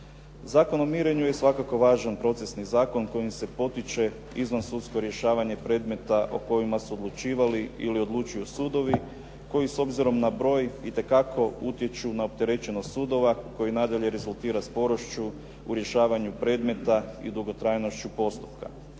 Zakon o mirenju je svakako važan procesni zakon kojim se potiče izvansudsko rješavanje predmeta o kojima su odlučivali ili odlučuju sudovi koji s obzirom na broj itekako utječu na opterećenost sudova koji nadalje rezultira sporošću u rješavanju predmeta i dugotrajnošću postupka.